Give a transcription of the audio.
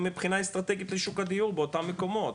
מבחינה אסטרטגית לשוק הדיור לאותם מקומות,